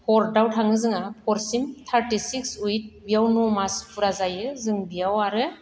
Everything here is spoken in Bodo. फ'र आव थाङो जोंहा फरसिम थारटि सिक्स उइक्स बियाव न'मास फुरा जायो जों बियाव आरो